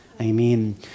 Amen